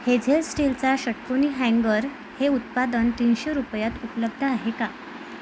Hazel स्टीलचा षट्कोनी hanger हे उत्पादन तीनशे रुपयात उपलब्ध आहे का